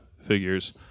figures